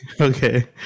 Okay